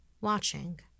watching